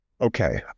okay